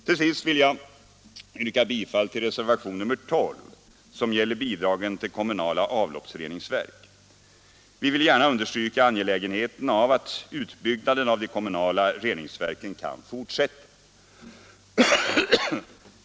Till sist vill jag yrka bifall till reservationen 12, som gäller bidragen till kommunala avloppsreningsverk. Vi vill gärna understryka angelägenheten av att utbyggnaden av de kommunala reningsverken kan fortsätta.